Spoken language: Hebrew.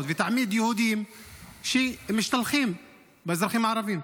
ותעמיד יהודים שמשתלחים באזרחים הערבים.